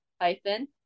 hyphen